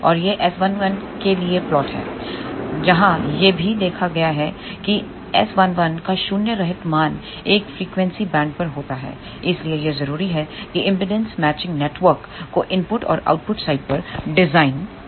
और यह S11 के लिए प्लॉट है जहां यह भी देखा गया है कि S11 का शून्य रहित मान एक फ्रीक्वेंसी बैंड पर होता है इसलिए यह जरूरी है की इंपेडेंस मैचिंग नेटवर्क को इनपुट और आउटपुट साइड पर डिजाइन किया जाए